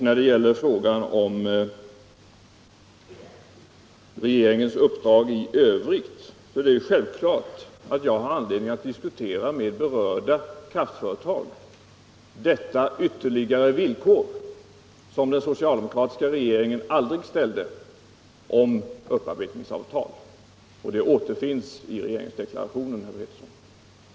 När det gäller frågan om regeringens uppdrag i övrigt vill jag framhålla alt det ju är självklart att jag har anledning att diskutera med berörda kraftföretag om detta ytterligare villkor — som den socialdemokratiska regeringen aldrig ställt — om upparbetningsavtal. Det villkoret återfinns i regeringsdeklarationen, herr Pettersson.